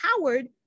Howard